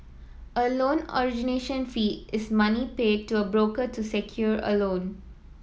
a loan origination fee is money paid to a broker to secure a loan